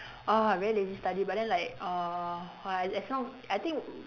ah very lazy study but then like uh uh as long I think